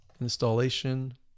installation